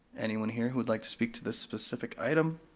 anyone here who would like to speak to this specific item?